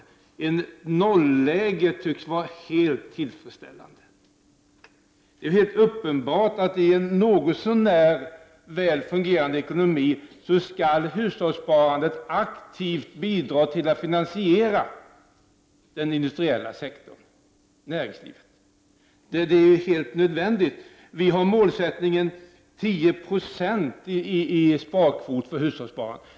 Ett nolläge tycks vara helt tillfredsställande. Det är helt uppenbart att i en något så när väl fungerande ekonomi skall hushållssparandet aktivt bidra till att finansiera den industriella sektorn, näringslivet. Det är helt nödvändigt. Vi har målsättningen 10 96 i sparkvot för hushållssparandet.